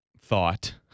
thought